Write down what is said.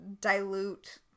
dilute